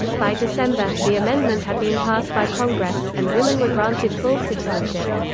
by december, the amendment had been passed by congress, and women were granted full citizenship.